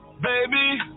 Baby